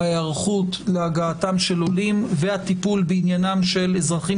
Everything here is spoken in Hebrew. ההיערכות להגעתם של עולים והטיפול בעניינם של אזרחים